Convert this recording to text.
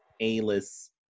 A-list